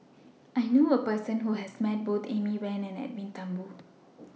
I knew A Person Who has Met Both Amy Van and Edwin Thumboo